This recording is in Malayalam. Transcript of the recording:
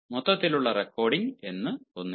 മൊത്തത്തിലുള്ള റെക്കോർഡിംഗ് എന്ന് ഒന്നുമില്ല